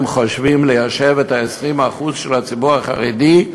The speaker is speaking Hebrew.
חושבים ליישב את ה-20% של הציבור החרדי,